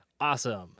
awesome